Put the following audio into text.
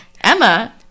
Emma